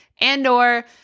and/or